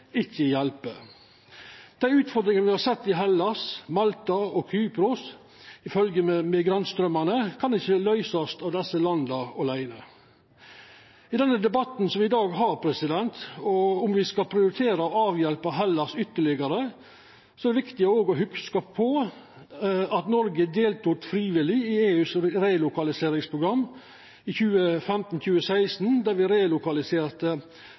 ikkje hjelper. Dei utfordringane me har sett i Hellas, Malta og Kypros som følgjer med migrantstraumane, kan ikkje løysast av desse landa åleine. I den debatten som me i dag har, om me skal prioritera å avhjelpa Hellas ytterlegare, er det viktig å hugsa på at Noreg deltok frivillig i EUs relokaliseringsprogram i 2015/2016, der